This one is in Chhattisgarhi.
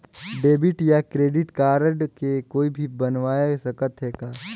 डेबिट या क्रेडिट कारड के कोई भी बनवाय सकत है का?